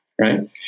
right